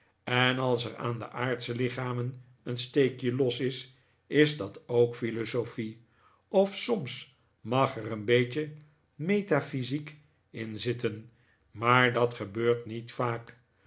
en als er aan de aardsche lichamen een steekje los is is dat ook philosophie of soms mag er een beetje methaphysiek in zitten maar dat gebeurt niet vaak